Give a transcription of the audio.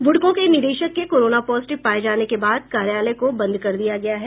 बुडको के निदेशक के कोरोना पॉजिटिव पाये जाने के बाद कार्यालय को बंद कर दिया गया है